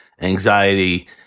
anxiety